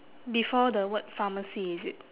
before the word pharmacy is it